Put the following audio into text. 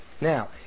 Now